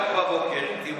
ליהדות.